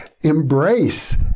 embrace